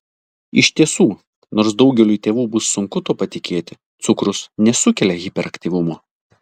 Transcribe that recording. iš tiesų nors daugeliui tėvų bus sunku tuo patikėti cukrus nesukelia hiperaktyvumo